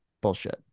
bullshit